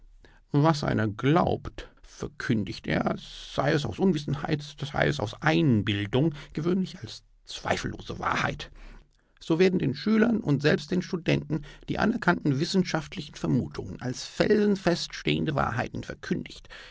was einer glaubt verkündigt er sei es aus unwissenheit sei es aus einbildung gewöhnlich als zweifellose wahrheit so werden den schülern und selbst den studenten die anerkannten wissenschaftlichen vermutungen als felsenfest stehende wahrheiten verkündigt